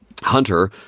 hunter